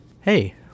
Hey